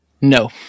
No